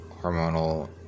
hormonal